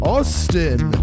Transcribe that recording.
Austin